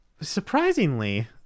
surprisingly